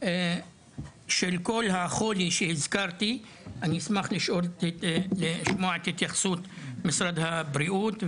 של כל החולי שהזכרתי אני אשמח לשמוע את התייחסות משרד הבריאות,